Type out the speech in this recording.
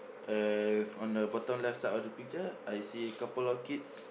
uh on the bottom left side of the picture I see a couple of kids